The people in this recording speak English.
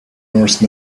norse